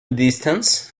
distance